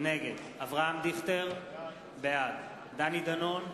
נגד אברהם דיכטר, בעד דני דנון,